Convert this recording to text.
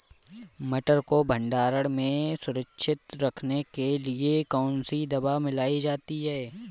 मटर को भंडारण में सुरक्षित रखने के लिए कौन सी दवा मिलाई जाती है?